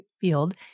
field